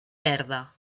verda